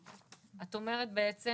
את אומרת בעצם,